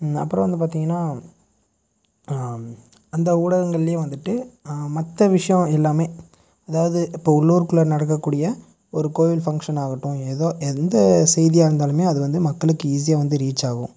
அப்புறம் வந்து பார்த்தீங்கன்னா அந்த ஊடகங்கள்லேயும் வந்துட்டு மற்ற விஷயம் எல்லாம் அதாவது இப்போ உள்ளூருக்குள்ள நடக்கக்கூடிய ஒரு கோவில் ஃபங்க்ஷன் ஆகட்டும் ஏதோ எந்த செய்தியாக இருந்தாலும் அது வந்து மக்களுக்கு ஈஸியாக வந்து ரீச் ஆகும்